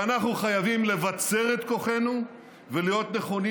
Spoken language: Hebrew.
ואנחנו חייבים לבצר את כוחנו ולהיות נכונים